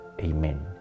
Amen